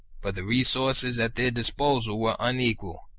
but the resources at their disposal were unequal.